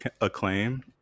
acclaim